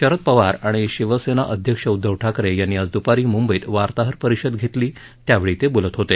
शरद पवार आणि शिवसेना अध्यक्ष उद्धव ठाकरे यांनी आज दूपारी मुंबईत वार्ताहर परिषद घेतली त्यावेळी ते बोलत होते